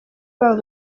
babo